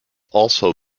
also